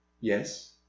Yes